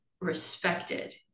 respected